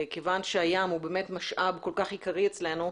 כיוון שהים הוא באמת משאב כל כך עיקרי אצלנו,